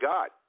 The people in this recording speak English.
God